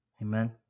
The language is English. Amen